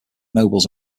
nobles